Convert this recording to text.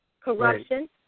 corruption